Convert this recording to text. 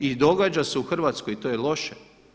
I događa se u Hrvatskoj i to je loše.